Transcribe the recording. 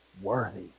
worthy